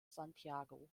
santiago